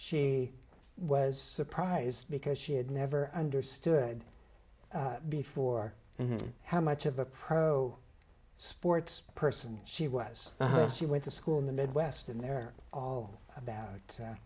she was surprised because she had never understood before and how much of a pro sports person she was she went to school in the midwest and they're all about